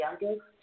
youngest